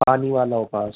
पानी वाला उपवास